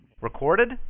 Recorded